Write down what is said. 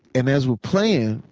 and as we're playing,